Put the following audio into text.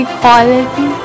Equality